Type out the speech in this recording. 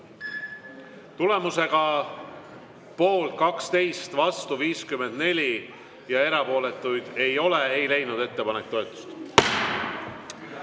Tulemusega poolt 8, vastu 53 ja erapooletuid ei ole, ei leidnud ettepanek toetust. Esimene